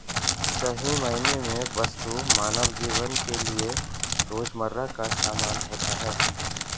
सही मायने में वस्तु मानव जीवन के लिये रोजमर्रा का सामान होता है